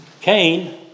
Cain